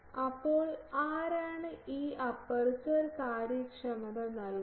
അപ്പോൾ ആരാണ് ഈ അപ്പർച്ചർ കാര്യക്ഷമത നൽകുന്നത്